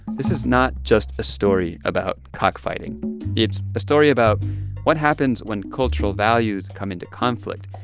this is not just a story about cockfighting it's a story about what happens when cultural values come into conflict,